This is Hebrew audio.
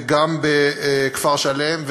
וגם בכפר-שלם,